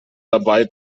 dabei